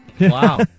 Wow